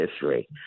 history